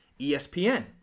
ESPN